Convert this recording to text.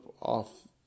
off